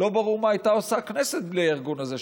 לא ברור מה הייתה עושה הכנסת בלי הארגון הזה,